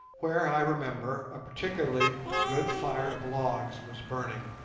where, i remember, a particularly good fire of logs was burning.